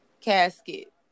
casket